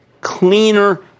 cleaner